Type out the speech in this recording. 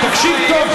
תקשיב טוב,